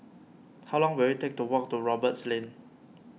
how long will it take to walk to Roberts Lane